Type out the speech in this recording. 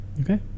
Okay